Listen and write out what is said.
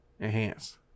Enhance